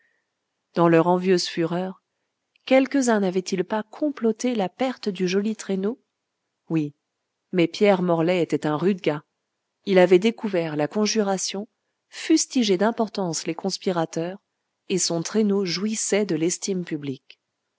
dans leur envieuse fureur quelques-uns n'avaient-ils pas comploté la perte du joli traîneau oui mais pierre morlaix était un rude gars il avait découvert la conjuration fustigé d'importance les conspirateurs et son traîneau jouissait de l'estime publique